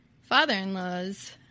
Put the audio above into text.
father-in-law's